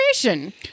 creation